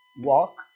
Walk